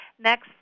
Next